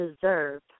deserve